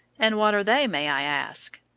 and what are they, may i ask?